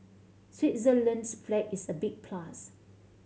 Switzerland's flag is a big plus